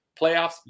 playoffs